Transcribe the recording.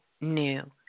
new